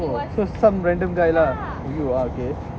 oh so some random guy lah